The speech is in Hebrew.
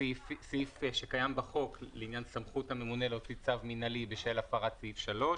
סעיף שקיים בחוק לעניין סמכות הממונה להוציא צו מינהלי בשל הפרת סעיף 3,